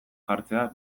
jartzea